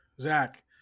Zach